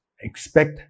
expect